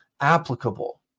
applicable